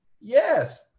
Yes